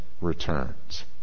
returns